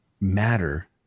matter